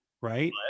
right